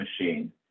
machine